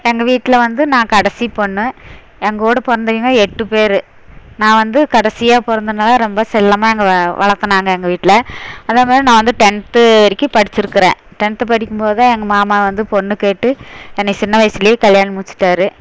எங்கள் வீட்டில் வந்து நான் கடைசி பொண்ணு எங்க கூட பிறந்தவைங்க எட்டு பேர் நான் வந்து கடைசியா பிறந்தனால ரொம்ப செல்லமாக எங்களை வளர்த்துனாங்க எங்கள் வீட்டில் அதே மாதிரி நான் வந்து டென்த்து வரைக்கும் படிச்சுருக்கறேன் டென்த்து படிக்கும்போதே எங்கள் மாமா வந்து பொண்ணு கேட்டு என்னை சின்ன வயசுலே கல்யாணம் முடிச்சுட்டாரு